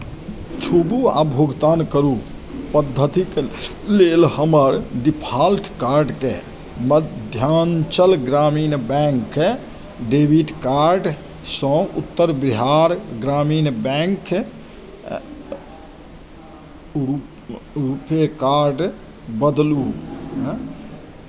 छुबू आ भुगतान करू पद्धतिक लेल हमर डिफाल्ट कार्डकेँ मध्यांचल ग्रामीण बैंककेँ डेबिट कार्डसँ उत्तर बिहार ग्रामीण बैंककेँ रु रुपेकार्डमे बदलू एँ